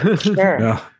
Sure